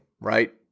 right